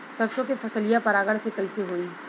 सरसो के फसलिया परागण से कईसे होई?